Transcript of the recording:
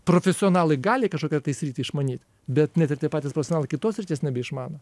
profesionalai gali kažkokią sritį išmanyt bet net ir tie patys profesionalai kitos srities nebeišmano